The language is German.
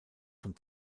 von